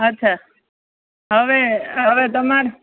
અચ્છા હવે હવે તમારે